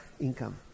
income